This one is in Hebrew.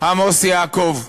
עמוס יעקב,